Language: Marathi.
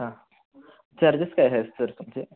हां चार्जेस काय आहे सर तुमचे